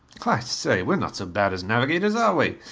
i say, we are not so bad as navigators, are we?